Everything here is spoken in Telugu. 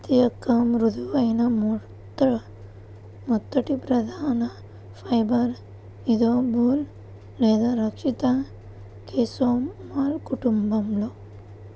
పత్తిఒక మృదువైన, మెత్తటిప్రధానఫైబర్ఇదిబోల్ లేదా రక్షిత కేస్లోమాలో కుటుంబం